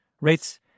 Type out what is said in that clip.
Rates